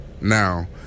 now